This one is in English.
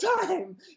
time